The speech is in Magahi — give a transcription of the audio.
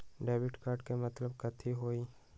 डेबिट कार्ड के मतलब कथी होई?